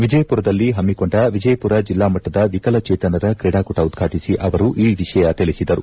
ವಿಜಯಪುರದಲ್ಲಿ ಹಮ್ಮಿಕೊಂಡ ವಿಜಯಪುರ ಜಿಲ್ಲಾ ಮಟ್ಟದ ವಿಕಲಚೇತನರ ಕ್ರೀಡಾಕೂಟ ಉದ್ಘಾಟಿಬ ಅವರು ಈ ವಿಷಯ ತಿಳಿಸಿದರು